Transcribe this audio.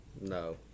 No